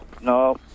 no